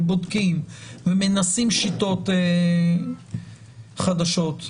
בודקים ומנסים שיטות חדשות?